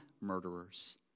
murderers